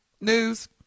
news